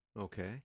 Okay